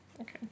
Okay